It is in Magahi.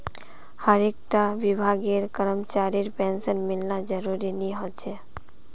हर एक टा विभागेर करमचरीर पेंशन मिलना ज़रूरी नि होछे